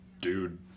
dude